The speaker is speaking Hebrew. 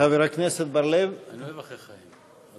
חבר הכנסת בר-לב, נא